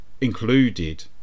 included